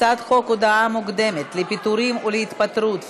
הצעת חוק הודעה מוקדמת לפיטורים ולהתפטרות (תיקון,